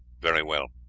very well,